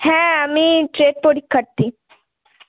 হ্যাঁ আমি টেস্ট পরীক্ষার্থী